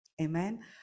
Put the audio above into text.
Amen